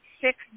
six